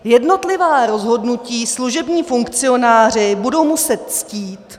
Jednotlivá rozhodnutí služební funkcionáři budou muset ctít.